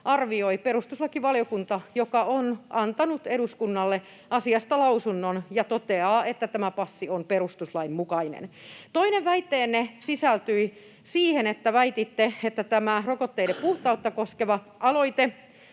arvioi perustuslakivaliokunta, joka on antanut eduskunnalle asiasta lausunnon ja toteaa, että tämä passi on perustuslain mukainen. Toinen väitteenne sisältyi siihen, että väititte, että tämä rokotteiden puhtautta koskeva